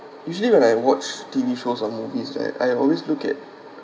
usually when I watch T_V shows or movies right I always look at